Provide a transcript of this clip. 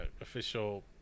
official